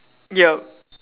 yup